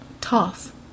Tough